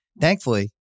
Thankfully